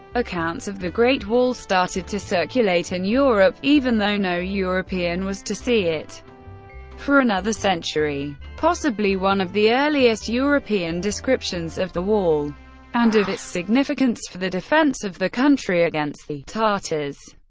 accounts of the great wall started to circulate in europe, even though no european was to see it for another century. possibly one of the earliest european descriptions of the wall and of its significance for the defense of the country against the tartars,